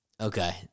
Okay